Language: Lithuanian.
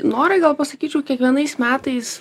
norai gal pasakyčiau kiekvienais metais